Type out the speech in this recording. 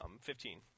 fifteen